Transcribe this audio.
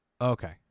okay